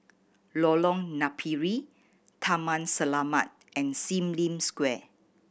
Lorong Napiri Taman Selamat and Sim Lim Square